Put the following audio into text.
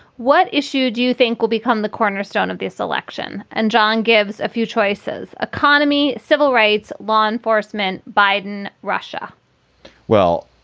what issue do you think will become the cornerstone of this election? and john gives a few choices. economy, civil rights, law enforcement, biden, russia well,